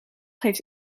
heeft